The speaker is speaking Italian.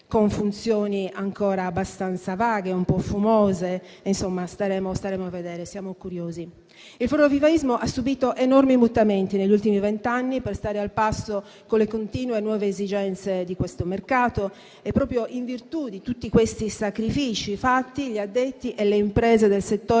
Il florovivaismo ha subito enormi mutamenti negli ultimi vent'anni per stare al passo con le continue nuove esigenze di questo mercato e, proprio in virtù di tutti questi sacrifici fatti, gli addetti e le imprese del settore